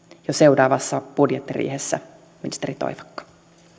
jo seuraavassa budjettiriihessä ministeri toivakka